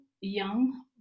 young